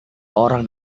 orang